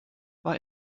war